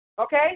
Okay